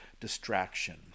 distraction